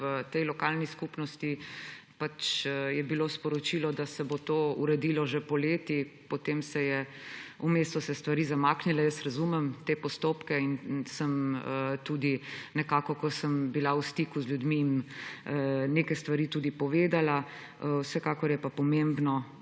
tej lokalni skupnosti sporočilo, da se bo to uredilo že poleti, potem so se stvari vmes zamaknile. Jaz razumem te postopke in sem jim tudi nekako, ko sem bila v stiku z ljudmi, neke stvari tudi povedala, vsekakor pa je pomembno,